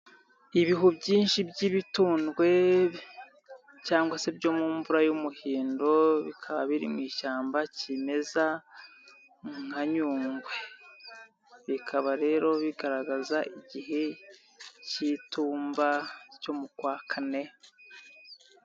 Ibihu byinshi by'ibitundwe cyangwa se byo mu mvura y'umuhindo bikaba biri mu ishyamba kimeza nka nyungwe. Bikaba rero bigaragaza igihe cy'itumba cyo mu kwa kane.